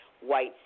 White